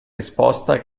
risposta